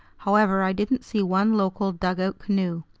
however, i didn't see one local dugout canoe.